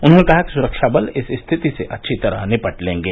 उन्होंने कहा कि सुरक्षाबल इस स्थिति से अच्छी तरह निपट लेंगे